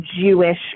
Jewish